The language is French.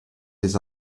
des